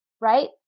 right